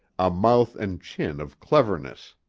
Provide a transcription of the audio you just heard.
a mouth and chin of cleverness.